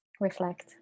reflect